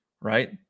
right